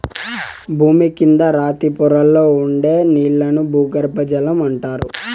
భూమి కింద రాతి పొరల్లో ఉండే నీళ్ళను భూగర్బజలం అంటారు